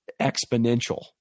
exponential